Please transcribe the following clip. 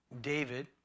David